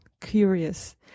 curious